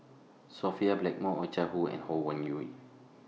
Sophia Blackmore Oh Chai Hoo and Ho Wan Hui